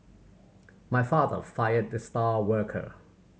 my father fired the star worker